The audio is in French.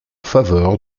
faveur